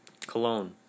cologne